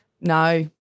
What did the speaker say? no